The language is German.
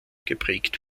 geprägt